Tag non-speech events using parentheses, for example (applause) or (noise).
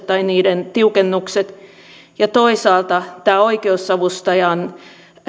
(unintelligible) tai niiden tiukennukset ja toisaalta tämä oikeusavustajan